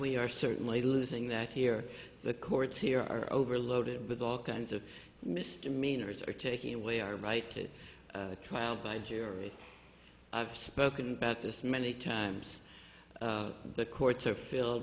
we are certainly losing that here the courts here are overloaded with all kinds of misdemeanors or taking away our right to trial by jury i've spoken about this many times the courts are f